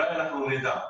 אולי נדע.